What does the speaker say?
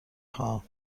خواهم